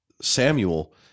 Samuel